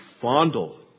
fondle